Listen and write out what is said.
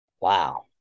Wow